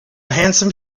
handsome